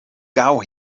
gau